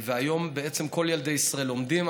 והיום בעצם כל ילדי ישראל לומדים.